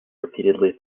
repeatedly